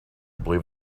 believe